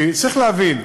כי, צריך להבין,